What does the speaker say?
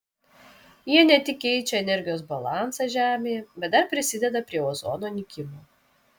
jie ne tik keičia energijos balansą žemėje bet dar prisideda prie ozono nykimo